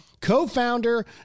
co-founder